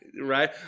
Right